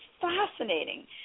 fascinating